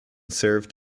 served